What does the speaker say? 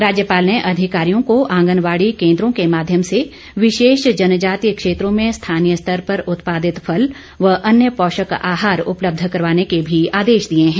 राज्यपाल ने अधिकारियों को आंगनबाड़ी केन्द्रों के माध्यम से विशेष जनजतीय क्षेत्रों में स्थानीय स्तर पर उत्पादित फल व अन्य पौषक आहार उपलब्ध करवाने के भी आदेश दिए हैं